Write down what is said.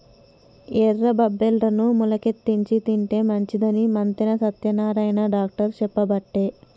ఎర్ర బబ్బెర్లను మొలికెత్తిచ్చి తింటే మంచిదని మంతెన సత్యనారాయణ డాక్టర్ చెప్పబట్టే